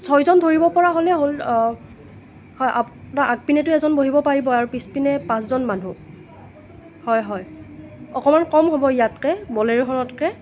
ছয়জন ধৰিব পৰা হ'লেই হ'ল হয় নহয় আগপিনেতো এজন বহিব পাৰিব আৰু পিছপিনে পাঁচজন মানুহ হয় হয় অকণমান কম হ'ব ইয়াতকৈ বলেৰ'খনতকৈ